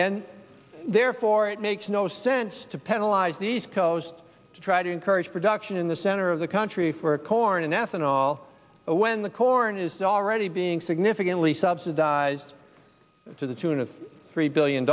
and therefore it makes no sense to penalize the east coast to try to encourage production in the center of the country for corn and ethanol when the corn is already being significantly subsidized to the tune of three billion